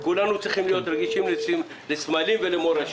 כולנו צריכים להיות רגישים לסמלים ולמורשת.